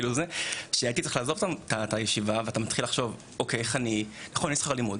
כשהייתי צריך לעזוב את הישיבה התחלתי לחשוב יש שכר לימוד,